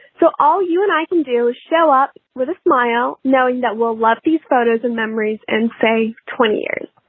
so all you and i can do is show up with a smile, knowing that will love these photos and memories and say twenty years